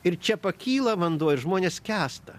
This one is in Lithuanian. ir čia pakyla vanduo ir žmonės skęsta